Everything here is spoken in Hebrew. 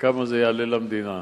וכמה זה יעלה למדינה.